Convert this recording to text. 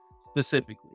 specifically